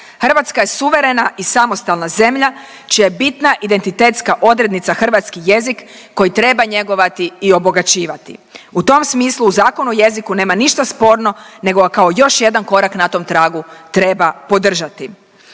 Hrvatska je suverena i samostalna zemlja čija je bitna identitetska odrednica hrvatski jezik koji treba njegovati i obogaćivati. U tom smislu u Zakonu o jeziku nema ništa sporno nego ga kao još jedan korak na tom tragu treba podržati.